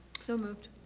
so moved.